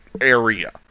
area